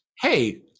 hey